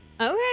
Okay